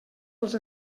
dels